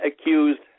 accused